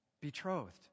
Betrothed